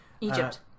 Egypt